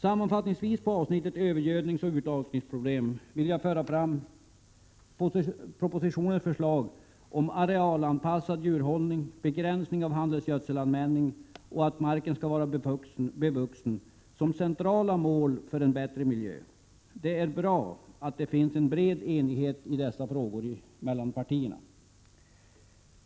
Beträffande avsnittet om övergödningsoch urlakningsproblem vill jag sammanfattningsvis föra fram propositionens förslag om arealanpassad djurhållning, begränsning av handelsgödselanvändningen samt förslaget att marken skall vara bevuxen som centrala mål för en bättre miljö. Det är bra att det i dessa frågor finns en bred enighet mellan partierna.